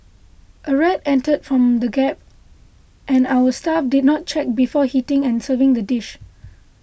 a rat entered from the gap and our staff did not check before heating and serving the dish